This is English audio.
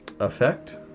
Effect